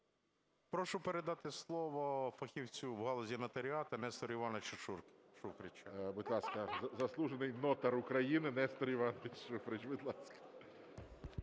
Прошу передати слово фахівцю в галузі нотаріату Нестору Івановичу Шуфричу. ГОЛОВУЮЧИЙ. Будь ласка, заслужений нотар України Нестор Іванович Шуфрич. Будь ласка.